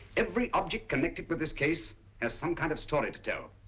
every object connected with this case has some kind of story to tell.